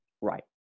Right